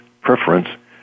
preference